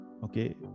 Okay